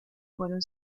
fueron